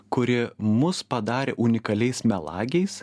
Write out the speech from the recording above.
kuri mus padarė unikaliais melagiais